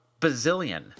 bazillion